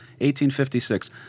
1856